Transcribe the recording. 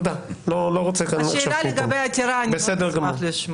על השאלה לגבי העתירה אני מאוד אשמח לשמוע.